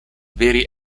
veri